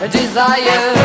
desire